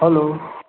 hello